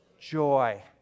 Joy